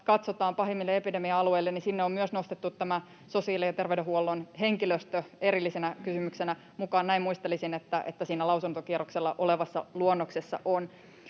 katsotaan pahimmille epidemia-alueille, niin sinne on myös nostettu tämä sosiaali- ja terveydenhuollon henkilöstö erillisenä kysymyksenä mukaan — näin muistelisin, että siinä lausuntokierroksella olevassa luonnoksessa on.